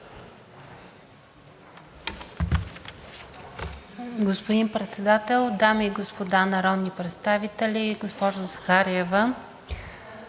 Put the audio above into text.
Господин Председател, дами и господа народни представители! Госпожо Захариева,